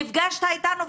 נפגשת אתנו,